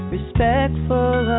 Respectful